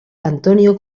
antonio